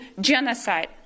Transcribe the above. genocide